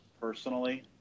personally